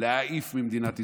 להעיף ממדינת ישראל.